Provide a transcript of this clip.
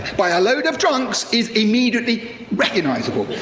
by a load of drunks is immediately recognizable.